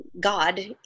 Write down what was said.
God